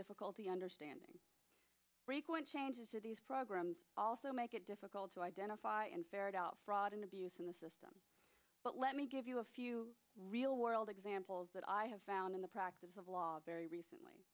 difficulty understanding frequent changes to these programs also make it difficult to identify and ferret out fraud and abuse in the system but let me give you a few real world examples that i have found in the practice of law very recently